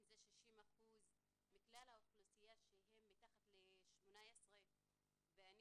אם זה 60% מכלל האוכלוסייה שהם מתחת ל-18 ואני